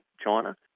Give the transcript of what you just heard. China